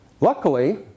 Luckily